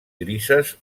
grises